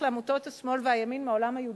לעמותות השמאל והימין מהעולם היהודי,